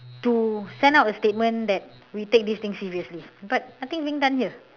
to send out a statement that we take this thing seriously but nothing has been done here